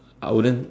I wouldn't